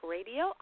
Radio